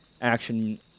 action